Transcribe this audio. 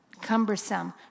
cumbersome